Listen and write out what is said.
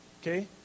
Okay